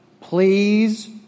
please